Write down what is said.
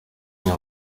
aha